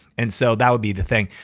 and so that would be the thing.